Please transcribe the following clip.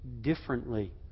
differently